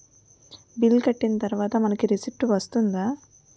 Bill కట్టిన తర్వాత మనకి రిసీప్ట్ వస్తుందా?